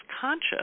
conscious